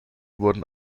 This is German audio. wurden